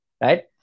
Right